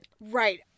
Right